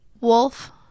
wolf